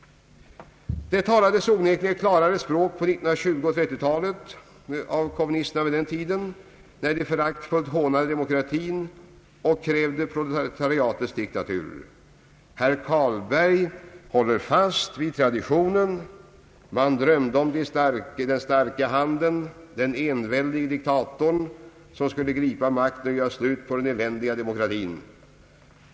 Det talades onekligen ett klarare språk på 1920 och 1930-talen av kommunisterna när de på den tiden föraktfullt hånade demokratin och krävde proletariatets diktatur. Herr Carlberg håller fast vid traditionen. Man drömde om den starka handen, den enväldiga diktatorn, som skulle gripa makten och göra slut på den eländiga demokratin.